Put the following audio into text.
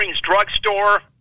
Drugstore